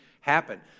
happen